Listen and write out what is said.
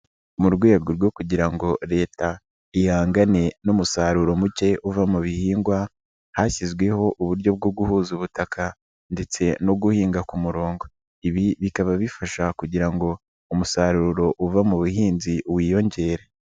Mu rwego rwo kugira ngo Leta ihangane n'umusaruro muke uva mu bihingwa, hashyizweho uburyo bwo guhuza ubutaka ndetse no guhinga ku murongo, ibi bikaba bifasha kugira ngo umusaruro uva mu buhinzi wiyongere.